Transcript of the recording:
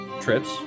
trips